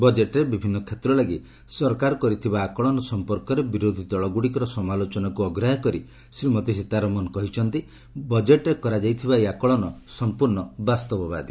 ବଜେଟ୍ରେ ବିଭିନ୍ନ କ୍ଷେତ୍ର ଲାଗି ସରକାର କରିଥିବା ଆକଳନ ସଂପର୍କରେ ବିରୋଧୀଦଳଗୁଡ଼ିକର ସମାଲୋଚନାକୁ ଅଗ୍ରାହ୍ୟ କରି ଶ୍ରୀମତୀ ସୀତାରମଣ କହିଛନ୍ତି ବଜେଟ୍ରେ କରାଯାଇଥିବା ଏହି ଆକଳନ ସମ୍ପର୍ଣ୍ଣ ବାସ୍ତବବାଦୀ